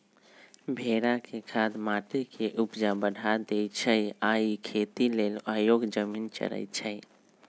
भेड़ा के खाद माटी के ऊपजा बढ़ा देइ छइ आ इ खेती लेल अयोग्य जमिन चरइछइ